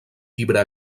llibre